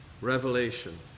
Revelation